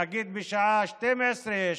נגיד בשעה 12:00,